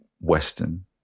western